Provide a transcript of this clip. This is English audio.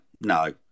no